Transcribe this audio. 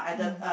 mm